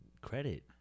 credit